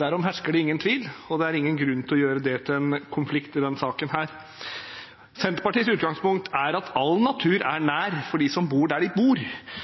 Derom hersker det ingen tvil, og det er ingen grunn til å gjøre det til en konflikt i denne saken. Senterpartiets utgangspunkt er at all natur er nær for dem som bor der de bor,